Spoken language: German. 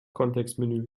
kontextmenü